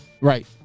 right